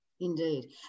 indeed